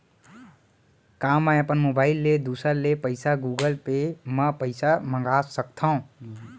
का मैं अपन मोबाइल ले दूसर ले पइसा गूगल पे म पइसा मंगा सकथव?